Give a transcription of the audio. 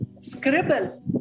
Scribble